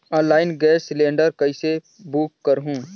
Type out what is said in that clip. Online gas cylinder कइसे book करहु?